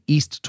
East